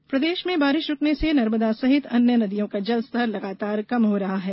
बाढ स्वास्थ्य प्रदेश में बारिश रूकने से नर्मदा सहित अन्य नदियों का जलस्तर लगातार कम हो रहा है